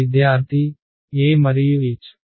విద్యార్థి E మరియు H